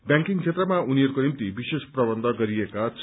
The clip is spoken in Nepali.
ब्यांकिगं क्षेत्रमा उनीहरूको निम्ति विशेष प्रबन्ध गरिएका छन्